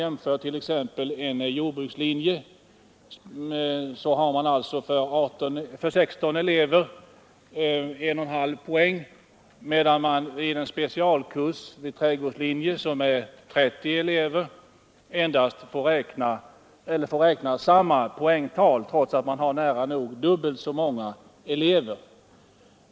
Vid t.ex. en jordbrukslinje har man för 16 elever 1 1/2 poäng, medan man vid en specialkurs för 30 elever får räkna samma poängtal — trots att man alltså har nära nog dubbelt så många elever.